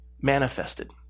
manifested